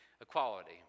equality